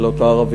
של אותו ערבי,